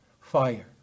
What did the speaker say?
fire